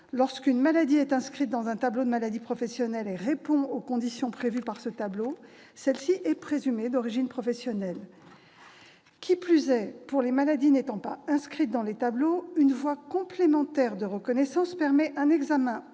lorsqu'une maladie est inscrite dans un tableau de maladies professionnelles et répond aux conditions prévues par ce tableau, elle est présumée d'origine professionnelle. Qui plus est, pour les maladies n'étant pas inscrites dans les tableaux, une voie complémentaire de reconnaissance permet un examen,